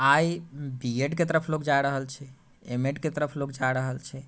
आ ई बी एडके तरफ लोग जा रहल छै एम एडके तरफ लोग जा रहल छै